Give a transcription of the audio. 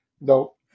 No